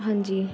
ਹਾਂਜੀ